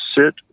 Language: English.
sit